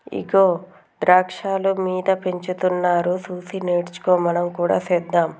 ఇగో ద్రాక్షాలు మీద పెంచుతున్నారు సూసి నేర్చుకో మనం కూడా సెద్దాం